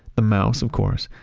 the mouse of course,